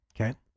Okay